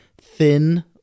thin